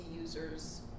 users